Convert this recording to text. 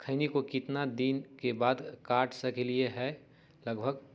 खैनी को कितना दिन बाद काट सकलिये है लगभग?